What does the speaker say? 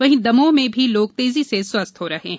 वहीं दमोह में भी लोग तेजी से स्वस्थ हो रहे हैं